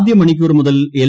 ആദ്യ മണിക്കൂർ മുതൽ എൽ